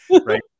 right